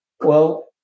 Well-